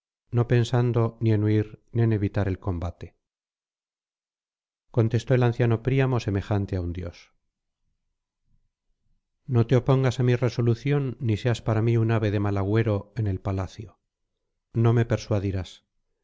no pensando ni en huir ni en evitar el combate contestó el anciano príamo semejante á un dios no te opongas á mi resolución ni seas para mí un ave de mal agüero en el palacio no me persuadirás